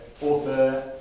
author